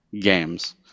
games